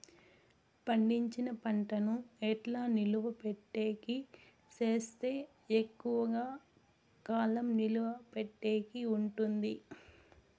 పండించిన పంట ను ఎట్లా నిలువ పెట్టేకి సేస్తే ఎక్కువగా కాలం నిలువ పెట్టేకి ఉంటుంది?